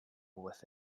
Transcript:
with